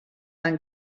amb